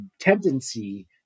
tendency